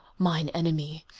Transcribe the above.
mine enemy,